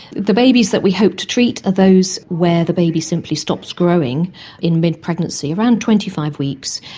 the babies that we hope to treat are those where the baby simply stops growing in mid-pregnancy, around twenty five weeks,